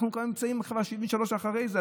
אנחנו כבר נמצאים 73 שנים אחרי זה.